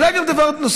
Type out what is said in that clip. אבל היה גם דבר נוסף.